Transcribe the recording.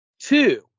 Two